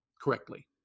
correctly